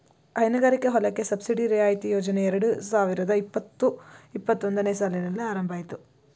ಹೈನುಗಾರಿಕೆ ಹೊಲಕ್ಕೆ ಸಬ್ಸಿಡಿ ರಿಯಾಯಿತಿ ಯೋಜನೆ ಎರಡು ಸಾವಿರದ ಇಪ್ಪತು ಇಪ್ಪತ್ತೊಂದನೇ ಸಾಲಿನಲ್ಲಿ ಆರಂಭ ಅಯ್ತು